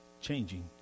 changing